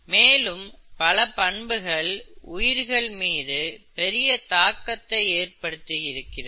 மேலும் பல பண்புகள் உயிர்கள் மீது பெரிய தாக்கத்தை ஏற்படுத்தியிருக்கிறது